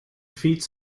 feeds